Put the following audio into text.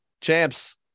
Champs